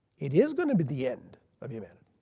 it is going to be the end of humanity.